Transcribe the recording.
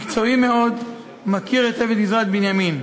מקצועי מאוד ומכיר היטב את גזרת בנימין.